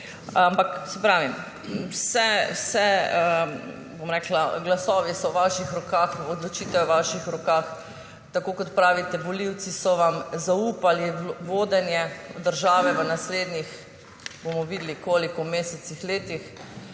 Ampak saj pravim, glasovi so v vaših rokah, odločitev je v vaših rokah. Tako kot pravite, volivci so vam zaupali vodenje države v naslednjih, bomo videli koliko mesecih, letih,